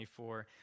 24